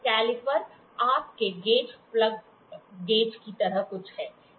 caliper आपके gauge plug gauge की तरह कुछ है